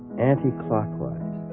anti-clockwise.